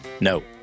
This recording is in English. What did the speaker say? No